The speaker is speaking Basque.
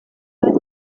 bat